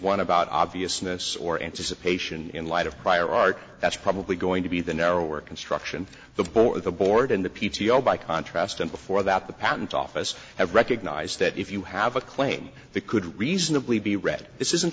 one about obviousness or anticipation in light of prior art that's probably going to be the narrower construction the board the board and the p t o by contrast and before that the patent office has recognized if you have a claim that could reasonably be read this isn't